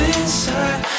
inside